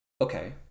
Okay